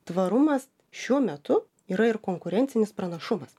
tvarumas šiuo metu yra ir konkurencinis pranašumas